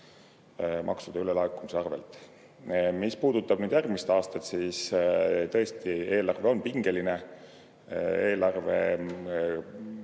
maksude ülelaekumise arvel. Mis puudutab järgmist aastat, siis tõesti, eelarve on pingeline. Riigieelarve